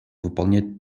выполнять